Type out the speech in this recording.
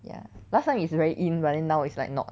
ya last time is very in but then now is like not